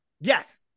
Yes